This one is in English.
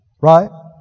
Right